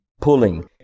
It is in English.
pulling